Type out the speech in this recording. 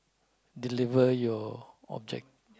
deliver your object~